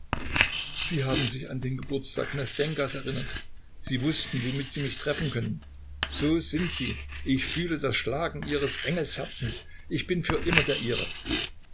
sie haben sich an den geburtstag nastenjkas erinnert sie wußten womit sie mich treffen können so sind sie ich fühle das schlagen ihres engelsherzens ich bin für immer der ihre